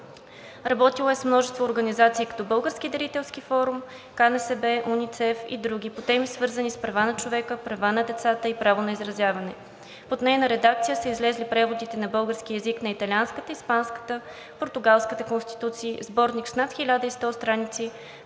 Работила е с множество организации като Български дарителски форум, КНСБ, УНИЦЕФ и други по теми, свързани с правата на човека, правата на децата и правото на изразяване. Под нейна редакция са излезли преводите на български език на Италианската, Испанската, Португалската конституция, сборник с над 1100 страници